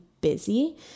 busy